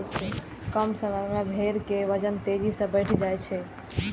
कम समय मे भेड़ के वजन तेजी सं बढ़ि जाइ छै